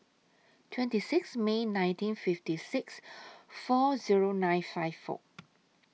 twenty six May nineteen fifty six four Zero nine five four